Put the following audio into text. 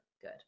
good